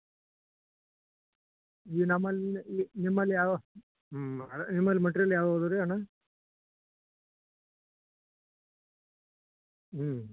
ಹಾಂ ನೀವು ಭಾಳ ತಗೊಂಡ್ರೆ ಸ್ವಲ್ಪ ಏನು ಕನ್ಫ್ಯೂಷನ್ ಮಾಡ್ಬಹುದ್ ರೀ ಇದು ಮಾರ್ಗ ಮಾರುಗಟ್ಲೆ ತಗೊಂಡ್ರೆ ನಿಮ್ಗೆ ಸವಿ ಆಗುತ್ತ ಒಂದು ಒಂದು ಮೊಳಾ ತೊಗೊಂಡ್ರೆ ಕಾ ಹೆಚ್ಚಾಗುತ್ತೆ ನಿಮ್ಗೆ ರೇಟು ಮಾರುಗಟ್ಲೆ ತಗೊಳ್ತಾರೆ ಹೆಂಗೆ